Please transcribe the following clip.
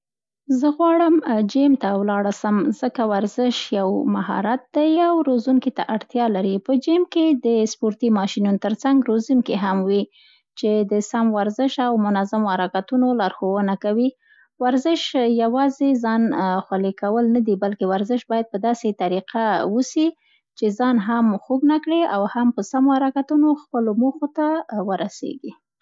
زه غواړم جیم ته ولاړه سم، ځکه ورزش یو مهارت ده او روزنکي ته اړتیا لري، په جیم کې د سپورتي ماشینونو تر څنګ روزنکي هم وي، چي د سم ورزش او منظمو حرکتونو لارښونه کوي. ورزش یوازې ځان خولې کول نه دي، بلکې ورزش باید په داسې طریقه وسي، چي ځان هم خوږ نه کړې او په سمو حرکتونو خپلو موخو ته ورسېږي.